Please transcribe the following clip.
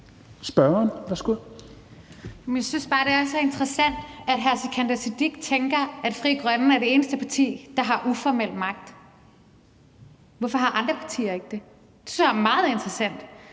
(EL): Men jeg synes bare, at det er så interessant, at hr. Sikandar Siddique tænker, at Frie Grønne er det eneste parti, der har uformel magt. Hvorfor har andre partier ikke det? Det synes jeg er meget interessant.